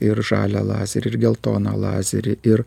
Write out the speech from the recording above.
ir žalią lazerį ir geltoną lazerį ir